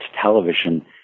television